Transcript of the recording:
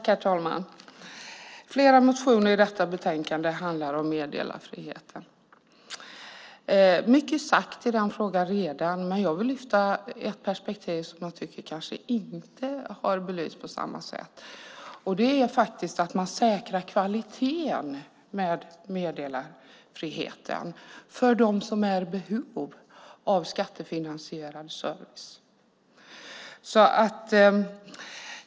Herr talman! Flera motioner i detta betänkande handlar om meddelarfriheten. Mycket är redan sagt i den frågan, men jag vill lyfta fram ett perspektiv som jag tycker kanske inte har belysts på samma sätt. Det är att man med meddelarfriheten säkrar kvaliteten för dem som är i behov av skattefinansierad service.